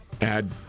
add